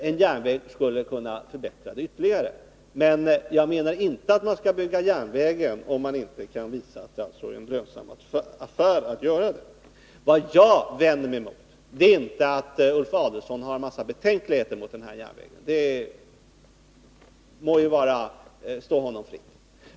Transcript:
En järnväg skulle kunna förbättra dem ytterligare. Men jag menar inte att man skall bygga järnvägen, om man inte kan visa att det är en lönsam affär att göra det. Vad jag vänder mig emot är inte att Ulf Adelsohn hyser en mängd betänkligheter mot den här järnvägen, det må stå honom fritt.